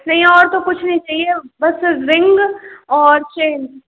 नहीं और तो कुछ नहीं चाहिए बस रिंग और चेन